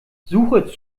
suche